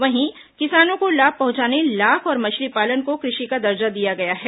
वहीं किसानों को लाभ पहुंचाने लाख और मछलीपालन को कृषि का दर्जा दिया गया है